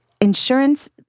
insurance